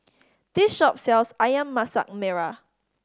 this shop sells Ayam Masak Merah